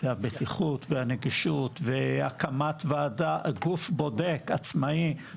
הבטיחות והנגישות והקמת גוף בודק עצמאי,